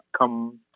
come